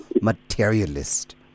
materialist